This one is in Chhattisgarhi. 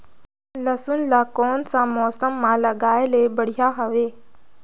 लसुन ला कोन सा मौसम मां लगाय ले बढ़िया हवे?